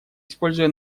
используя